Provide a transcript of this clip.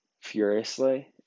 furiously